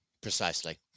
precisely